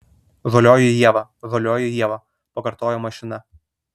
žalioji ieva žalioji ieva pakartojo mašina